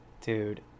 dude